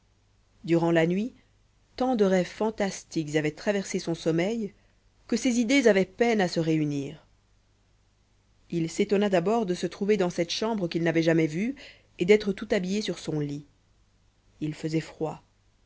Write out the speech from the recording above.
durant la nuit tant de rêves fantastiques avaient traversé son sommeil que ses idées avaient peine à se réunir il s'étonna d'abord de se trouver dans cette chambre qu'il n'avait jamais vue et d'être tout habillé sur son lit il faisait froid